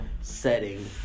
setting